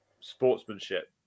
sportsmanship